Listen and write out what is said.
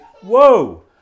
whoa